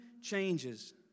changes